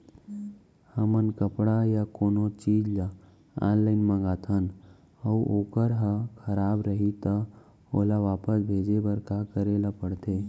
हमन कपड़ा या कोनो चीज ल ऑनलाइन मँगाथन अऊ वोकर ह खराब रहिये ता ओला वापस भेजे बर का करे ल पढ़थे?